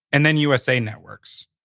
and then usa networks.